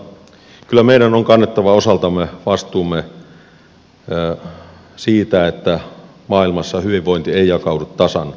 mutta kyllä meidän on kannettava osaltamme vastuumme siitä että maailmassa hyvinvointi ei jakaudu tasan